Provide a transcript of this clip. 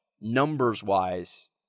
numbers-wise